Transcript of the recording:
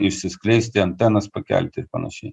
išsiskleisti antenas pakelti ir panašiai